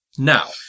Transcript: Now